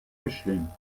mischling